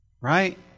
Right